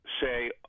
say –